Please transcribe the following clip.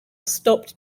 stopped